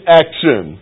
action